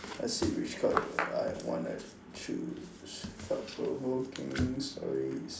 I see which card do I wanna choose thought provoking stories